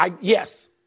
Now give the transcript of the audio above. yes